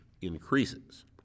increases